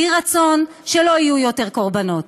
יהי רצון שלא יהיו יותר קורבנות.